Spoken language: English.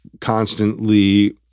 constantly